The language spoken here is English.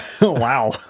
Wow